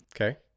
Okay